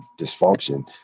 dysfunction